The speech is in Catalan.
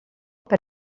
per